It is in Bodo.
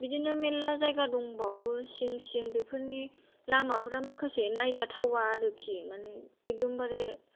बिदिनो मेल्ला जायगा दंबावो सिं सिं बेफोरनि लामाफ्रा माखासे नायजाथावा आरोखि मानि एखदमबारे